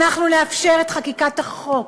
אנחנו נאפשר את חקיקת החוק.